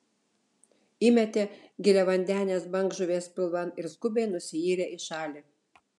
įmetė giliavandenės bangžuvės pilvan ir skubiai nusiyrė į šalį